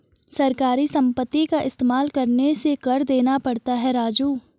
सरकारी संपत्ति का इस्तेमाल करने से कर देना पड़ता है राजू